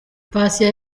patient